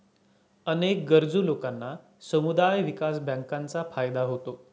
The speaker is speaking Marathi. अनेक गरजू लोकांना समुदाय विकास बँकांचा फायदा होतो